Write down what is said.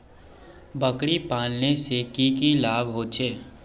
बकरी पालने से की की लाभ होचे?